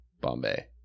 Bombay